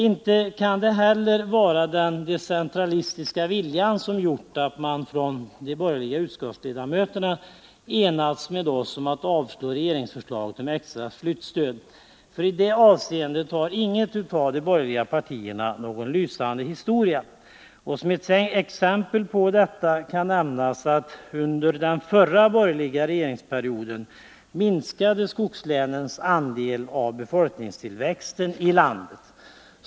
Inte kan det vara den decentralistiska viljan som gjort att de borgerliga utskottsledamöterna enats med oss om att avstyrka regeringsförslaget om extra flyttstöd, för i det avseendet har inget av de borgerliga partierna någon lysande historia. Som ett exempel på detta kan nämnas, att under den förra borgerliga regeringsperioden minskade skogslänens andel av befolkningstillväxten i landet.